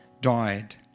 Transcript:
died